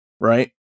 Right